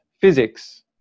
physics